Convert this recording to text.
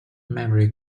memory